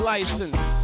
License